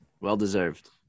Well-deserved